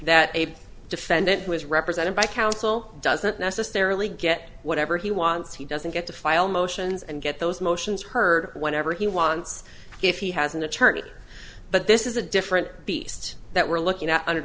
that a defendant who is represented by counsel doesn't necessarily get whatever he wants he doesn't get to file motions and get those motions heard whenever he wants if he has an attorney but this is a different beast that we're looking at